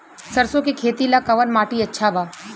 सरसों के खेती ला कवन माटी अच्छा बा?